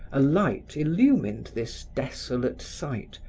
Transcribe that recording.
a light illumined this desolate site,